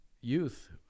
youth